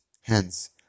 hence